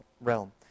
realm